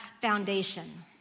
foundation